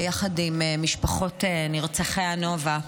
יחד עם משפחות נרצחי הנובה.